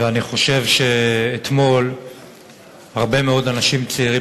אני חושב שאתמול הרבה מאוד אנשים צעירים